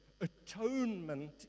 Atonement